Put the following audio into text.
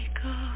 go